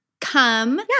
Come